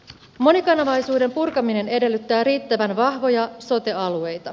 monikanavaisuuden purkaminen edellyttää riittävän vahvoja sote alueita